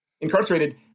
incarcerated